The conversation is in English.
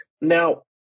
Now